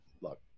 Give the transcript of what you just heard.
look